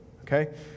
okay